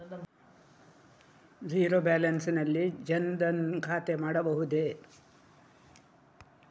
Zero balance ನಲ್ಲಿ ಜನ್ ಧನ್ ಖಾತೆ ಮಾಡಬಹುದೇ?